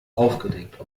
aufgedeckt